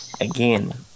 again